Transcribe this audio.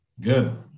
Good